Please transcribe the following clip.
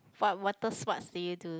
what water sports do you do